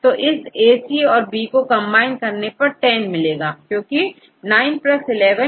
तो इस AC और B को कंबाइन करने पर 10 मिलेगा क्योंकि 9 11 20 है